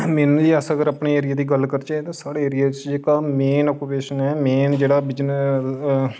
अगर अस अपने एरिये दी गल्ल करचै तां साढ़े एरिये च जेह्ड़ा मेन आक्यूपेशन ऐ मेन जेह्का बिजनस